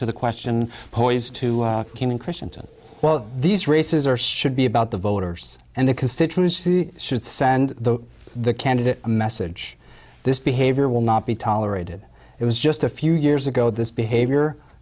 to the question poised to human question well these races are should be about the voters and the constituents should send the the candidate a message this behavior will not be tolerated it was just a few years ago this behavior